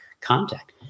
contact